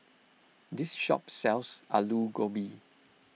this shop sells Aloo Gobi